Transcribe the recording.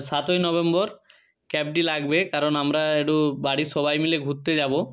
সাতই নভেম্বর ক্যাবটি লাগবে কারণ আমরা একটু বাড়ির সবাই মিলে ঘুরতে যাব